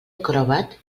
acrobat